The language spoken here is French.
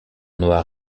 noir